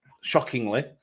shockingly